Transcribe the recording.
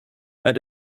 and